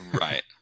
Right